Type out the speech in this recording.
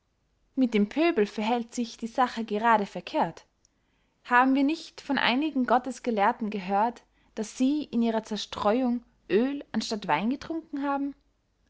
mit dem pöbel verhält sich die sache gerade verkehrt haben wir nicht von einigen gottesgelehrten gehört daß sie in ihrer zerstreuung oel anstatt wein getrunken haben